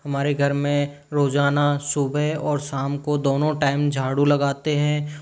हमारे घर में रोज़ाना सुबह और शाम को दोनों टाइम झाड़ू लगाते हैं